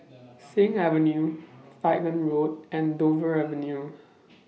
Sing Avenue Falkland Road and Dover Avenue